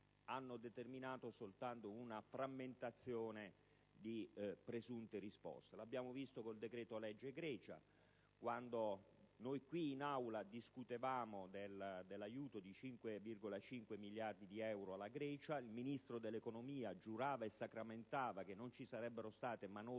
hanno determinato soltanto una frammentazione di presunte risposte. Lo abbiamo visto con il decreto-legge Grecia: quando noi qui in Aula discutevamo dell'aiuto di 5,5 miliardi di euro alla Grecia, il Ministro dell'economia giurava e sacramentava che non ci sarebbero state manovre